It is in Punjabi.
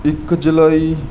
ਇੱਕ ਜੁਲਾਈ